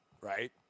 right